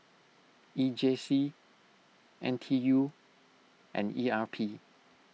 E J C N T U and E R P